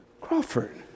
Crawford